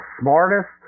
smartest